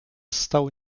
stał